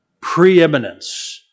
preeminence